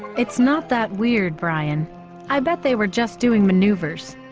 it's not that weird brian i bet they were just doing maneuvers